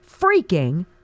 freaking